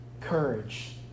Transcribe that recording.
courage